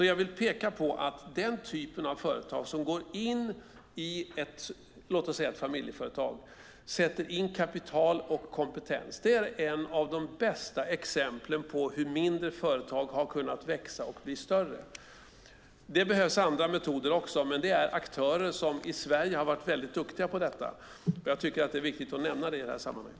Jag vill peka på att den typ av företag som går in i till exempel ett familjeföretag och sätter in kapital och kompetens är ett av de bästa exemplen på hur mindre företag har kunnat växa och bli större. Det behövs andra metoder också, men det är aktörer som i Sverige har varit väldigt duktiga på detta. Jag tycker att det är viktigt att nämna det i det här sammanhanget.